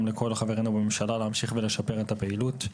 לכל חברינו בממשלה להמשיך ולשפר את הפעילות.